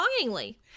longingly